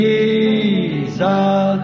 Jesus